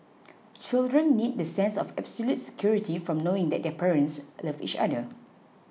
children need the sense of absolute security from knowing that their parents love each other